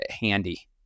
handy